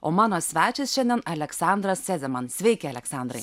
o mano svečias šiandien aleksandras sezeman sveiki aleksandrai